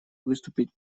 выступить